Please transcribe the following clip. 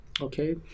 okay